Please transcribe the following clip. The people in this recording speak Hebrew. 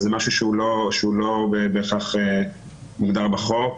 זה משהו שהוא לא בהכרח מוגדר בחוק.